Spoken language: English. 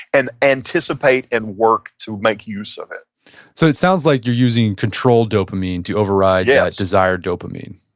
and anticipate and work to make use of it so, it sounds like you're using control dopamine to override yeah desire dopamine,